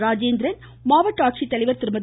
ராஜேந்திரன் மாவட்ட ஆட்சித்தலைவர் திருமதி